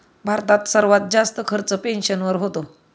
भारतात सर्वात जास्त खर्च पेन्शनवर होतो